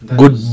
good